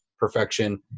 perfection